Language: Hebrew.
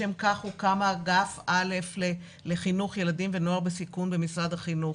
לשם כך הוקם אגף א' לחינוך ילדים ונוער בסיכון במשרד החינוך